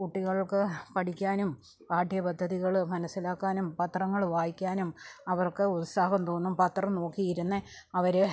കുട്ടികൾക്ക് പഠിക്കാനും പാഠ്യപദ്ധതികൾ മനസ്സിലാക്കാനും പത്രങ്ങൾ വായിക്കാനും അവർക്ക് ഉത്സാഹം തോന്നും പത്രം നോക്കി ഇരുന്ന് അവർ